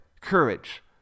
courage